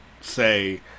say